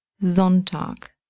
Sonntag